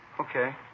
Okay